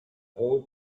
hold